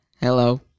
Hello